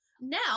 Now